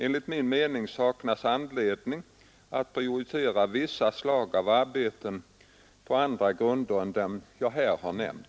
Enligt min mening saknas anledning att prioritera vissa slag av arbeten på andra grunder än dem som jag nu har nämnt.